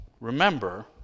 remember